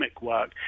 work